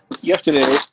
Yesterday